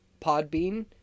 Podbean